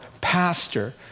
pastor